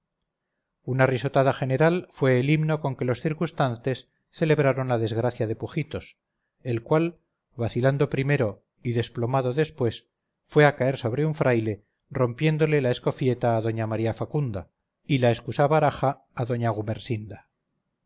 una risotada general fue el himno con que los circunstantes celebraron la desgracia de pujitos el cual vacilando primero y desplomado después fue a caer sobre un fraile rompiéndole la escofieta a doña maría facunda y la escusabaraja a doña gumersinda